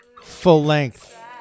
full-length